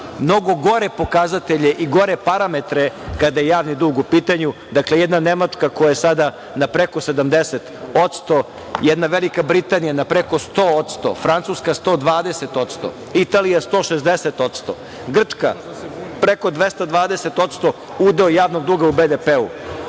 mnogo gore pokazatelje i gore parametre kada je javni dug u pitanju. Jedna Nemačka koja je sada na preko 70%, jedna Velika Britanija na preko 100%, Francuska 120%, Italija 160%, Grčka preko 220% udeo javnog duga u BDP-u.